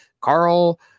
Carl